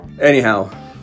Anyhow